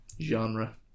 Genre